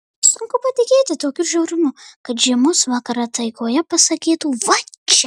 sunku patikėti tokiu žiaurumu kad žiemos vakarą taigoje pasakytų va čia